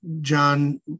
john